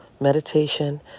Meditation